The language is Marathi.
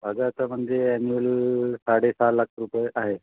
माझं आता म्हणजे ॲन्युअल साडेसहा लाख रुपये आहे